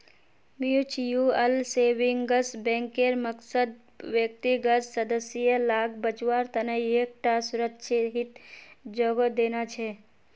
mutual savings बैंकेर मकसद व्यक्तिगत सदस्य लाक बच्वार तने एक टा सुरक्ष्हित जोगोह देना छे